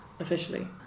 officially